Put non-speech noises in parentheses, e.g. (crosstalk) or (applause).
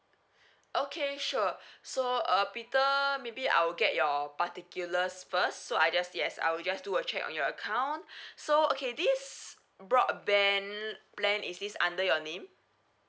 okay sure so uh peter maybe I'll get your particulars first so I just yes I will just do a check on your account (breath) so okay this broadband plan is this under your name